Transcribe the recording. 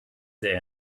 sehr